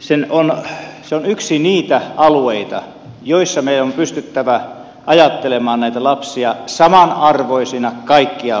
se on yksi niitä alueita joissa meidän on pystyttämään ajattelemaan näitä lapsia samanarvoisina kaikkialla suomessa